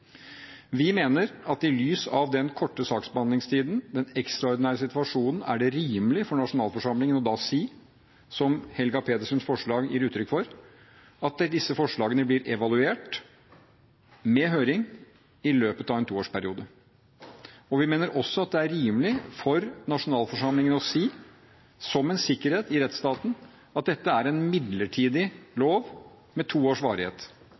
Vi mener at i lys av den korte saksbehandlingstiden, den ekstraordinære situasjonen, er det rimelig for nasjonalforsamlingen å si, som Helga Pedersens forslag gir uttrykk for, at disse forslagene blir evaluert – med høring – i løpet av en to års periode. Vi mener også at det er rimelig for nasjonalforsamlingen å si – som en sikkerhet i rettsstaten – at dette er en midlertidig lov med to års varighet.